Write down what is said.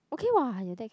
okay !wah! your dad can